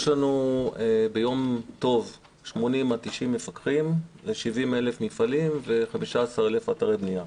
יש לנו ביום טוב 80 עד 90 מפקחים ו-70,000 מפעלים ו-15,000 אתרי בנייה.